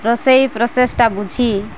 ରୋଷେଇ ପ୍ରୋସେସ୍ଟା ବୁଝି